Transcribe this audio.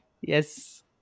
Yes